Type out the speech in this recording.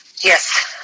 Yes